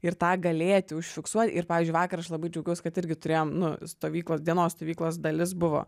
ir tą galėti užfiksuoji ir pavyzdžiui vakar aš labai džiaugiaus kad irgi turėjom nu stovyklos dienos stovyklos dalis buvo